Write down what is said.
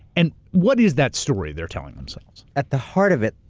and what is that story they're telling themselves? at the heart of it,